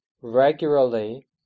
regularly